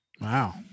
Wow